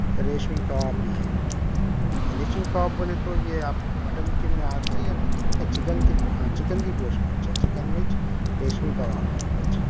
ریشمی کباب بھی ہے ریشمی کباب بولے تو یہ آپ مٹن کے میں آتا ہے یا نہ نہیں چِکن کی چِکن کی گوشت میں اچھا اچھا چِکن مرچ ریشمی کباب ہےاچھا